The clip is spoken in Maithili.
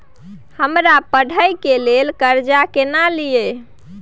हमरा पढ़े के लेल कर्जा केना लिए?